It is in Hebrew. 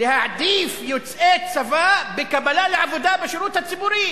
להעדיף יוצאי צבא בקבלה לעבודה בשירות הציבורי.